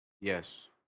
yes